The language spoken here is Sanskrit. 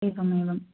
एवमेव